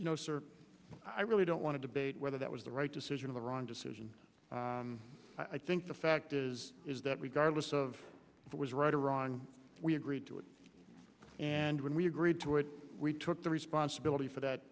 know sir i really don't want to debate whether that was the right decision of the wrong decision i think the fact is is that regardless of what was right or wrong we agreed to it and when we agreed to it we took the responsibility for that